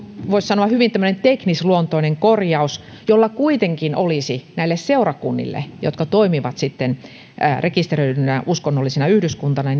voisi sanoa hyvin tämmöinen teknisluontoinen korjaus jolla kuitenkin olisi taloudellisesti merkitystä näille seurakunnille jotka toimivat rekisteröityinä uskonnollisina yhdyskuntina